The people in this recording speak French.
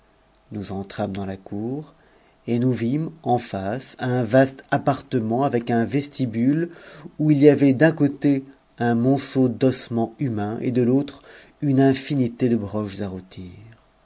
nous entrâmes dans l cour et nous vîmes en face un vaste appartement avec un vestibule où il y avait d'un côté un monceau d'ossements humains et de l'autre une infi nité de broches à rôtir